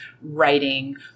writing